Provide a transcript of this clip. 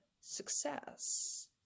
success